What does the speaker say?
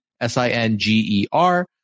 S-I-N-G-E-R